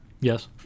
Yes